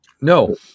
No